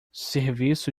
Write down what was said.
serviço